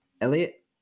Elliot